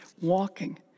walking